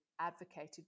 advocated